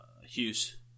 Hughes